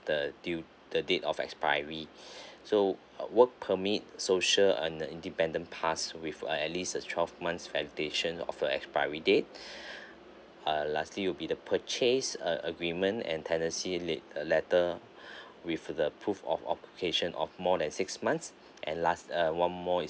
the due the date of expiry so uh work permit social and uh independent pass with uh at least a twelve months validation of a expiry date uh lastly will be the purchase uh agreement and tenancy lat~ uh letter with the proof of of occupation of more than six months and last one more is